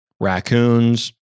raccoons